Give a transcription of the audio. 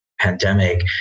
pandemic